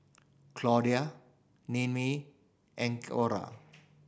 Claudia Ninnie and Orra